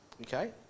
okay